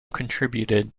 contributed